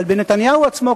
אבל בנתניהו עצמו,